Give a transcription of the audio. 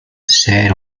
ser